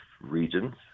regions